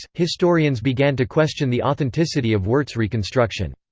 historians began to question the authenticity of wirt's reconstruction.